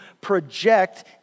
project